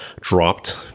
dropped